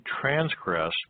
transgress